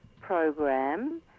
program